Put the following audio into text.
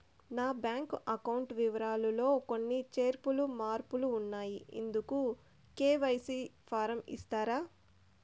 నా bank account వివరాలు లో కొన్ని చేర్పులు మార్పులు ఉన్నాయి, ఇందుకు కె.వై.సి ఫారం ఇస్తారా?